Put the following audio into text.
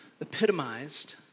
epitomized